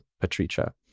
Patricia